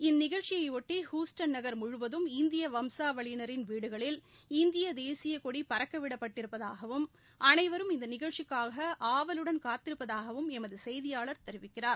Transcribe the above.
இந்நிகழ்ச்சியையொட்டி Houston நகர் முழுவதும் இந்திய வம்சாவளியினரின் வீடுகளில் இந்திய தேசிய கொடி பறக்கவிடப் பட்டிருப்பதாகவும் அனைவரும் இந்த நிகழ்ச்சிக்காக ஆவலுடன் காத்திருப்பதாகவும் எமது செய்தியாளர் தெரிவிக்கிறார்